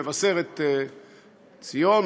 מבשרת-ציון,